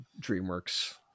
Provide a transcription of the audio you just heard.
DreamWorks